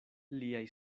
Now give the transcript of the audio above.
liaj